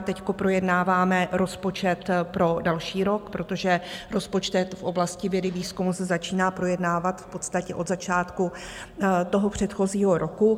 Teď projednáváme rozpočet pro další rok, protože rozpočet v oblasti vědy výzkumu se začíná projednávat v podstatě od začátku předchozího roku.